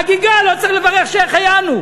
חגיגה, לא צריך לברך שהחיינו.